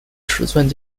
尺寸